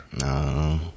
No